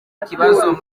ikibazo